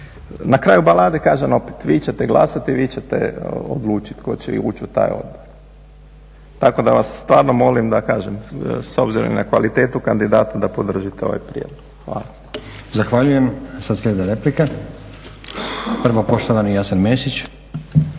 na kraju balade kažem opet vi ćete glasati, vi ćete odlučit ko će uči u taj odbor. Tako da vas stvarno molim, da kažem s obzirom na kvalitetu kandidata, da podržite ovaj prijedlog. Hvala. **Stazić, Nenad (SDP)** Zahvaljujem. Sad slijede replike. Prvo poštovani Jasen Mesić.